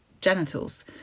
genitals